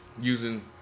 using